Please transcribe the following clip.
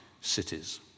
cities